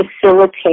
facilitate